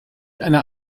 einer